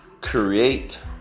create